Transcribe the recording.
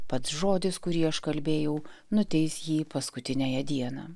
pats žodis kurį aš kalbėjau nuteis jį paskutiniąją dieną